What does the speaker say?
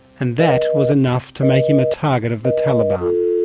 and that was enough to make him a target of the taliban.